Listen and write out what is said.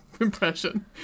impression